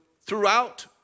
throughout